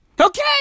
okay